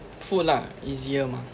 food lah easier mah